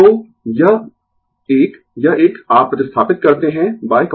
तो यह एक यह एक आप प्रतिस्थापित करते है cos θ